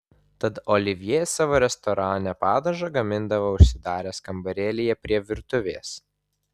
tad olivjė savo restorane padažą gamindavo užsidaręs kambarėlyje prie virtuvės